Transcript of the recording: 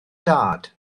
dad